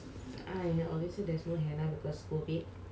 I mean you can draw for yourself lah I don't know